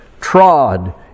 trod